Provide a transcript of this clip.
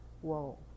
Whoa